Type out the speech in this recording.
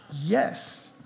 Yes